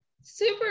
super